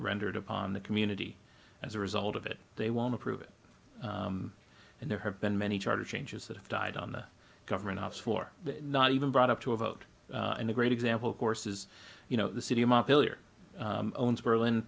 rendered upon the community as a result of it they won't approve it and there have been many charter changes that have died on the government off for not even brought up to a vote and a great example of course is you know the city of billiard owns berlin